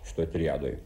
šitoj triadoj